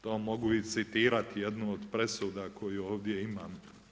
To mogu i citirati jednu od presuda koju ovdje imam.